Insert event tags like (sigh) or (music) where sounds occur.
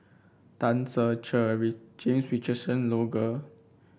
Tan Ser Cher (unintelligible) James Richardson Logan